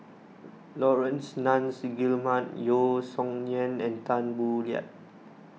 Laurence Nunns Guillemard Yeo Song Nian and Tan Boo Liat